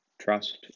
Trust